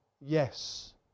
yes